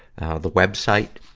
the web site,